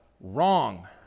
wrong